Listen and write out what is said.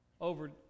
over